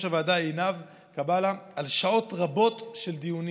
הוועדה עינב קאבלה על שעות רבות של דיונים.